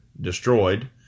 destroyed